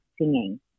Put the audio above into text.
singing